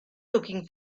looking